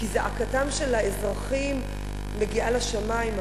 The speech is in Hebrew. כי זעקתם של האזרחים מגיעה לשמים,